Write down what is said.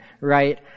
right